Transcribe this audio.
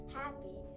happy